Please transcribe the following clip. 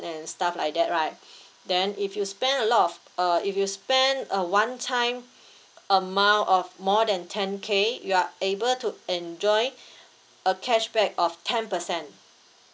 and stuff like that right then if you spend a lot of uh if you spent a one time amount of more than ten K you are able to enjoy a cashback of ten percent